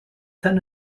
then